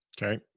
okay.